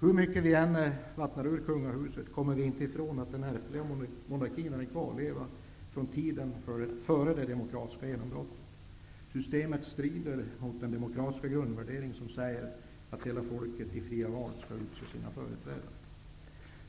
Hur mycket vi än vattnar ur kungahuset kommer vi inte ifrån att monarkin är en kvarleva från tiden före det demokratiska genombrottet. Systemet strider mot den demokratiska grundvärdering som säger att hela folket i fria val skall utse sina företrädare.